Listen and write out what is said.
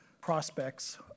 prospects